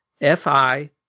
FI